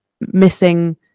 missing